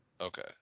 Okay